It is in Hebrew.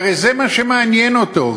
והרי זה מה שמעניין אותו.